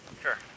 Sure